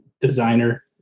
designer